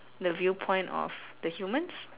the viewpoint of the humans